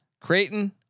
Creighton